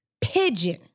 pigeon